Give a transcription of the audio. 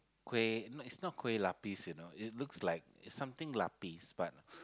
kuih it's not kuih-lapis you know it looks like something lapis